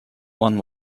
one